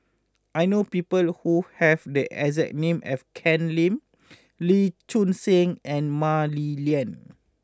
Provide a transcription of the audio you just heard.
I know people who have the exact name as Ken Lim Lee Choon Seng and Mah Li Lian